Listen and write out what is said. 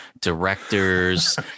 directors